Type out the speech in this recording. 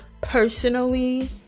personally